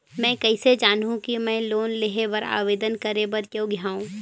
मैं किसे जानहूं कि मैं लोन लेहे बर आवेदन करे बर योग्य हंव?